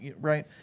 Right